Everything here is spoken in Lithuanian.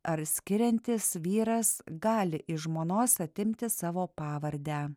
ar skiriantis vyras gali iš žmonos atimti savo pavardę